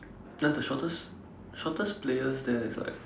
ya the shortest shortest player there is like